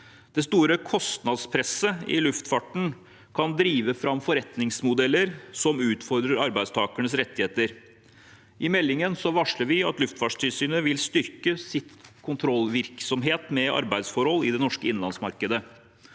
Det store kostnadspresset i luftfarten kan drive fram forretningsmodeller som utfordrer arbeidstakernes rettigheter. I meldingen varsler vi at Luftfartstilsynet vil styrke sin kontrollvirksomhet med arbeidsforhold i det norske innenlandsmarkedet.